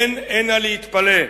אין אלא להתפלא.